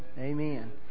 Amen